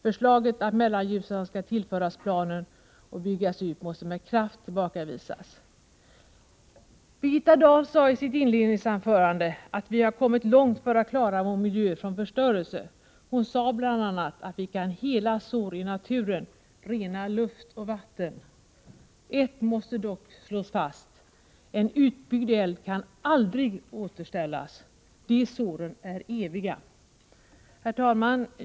Förslaget att Mellanljusnan skall tillföras planen och byggas ut måste med kraft tillbakavisas. Birgitta Dahl sade i sitt inledningsanförande att vi har kommit långt för att klara vår miljö från förstörelse. Hon sade bl.a. att vi kan hela sår i naturen, rena luft och vatten. Ett måste dock slås fast. En utbyggd älv kan aldrig återställas. De såren är eviga. Herr talman!